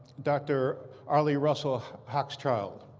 dr. arlie russell hochschild